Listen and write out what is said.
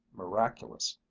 miraculous.